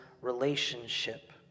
relationship